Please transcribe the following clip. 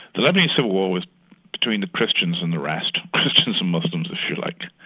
the lebanese civil war was between the christians and the rest. christians and muslims, if you like.